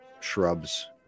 shrubs